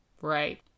Right